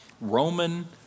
Roman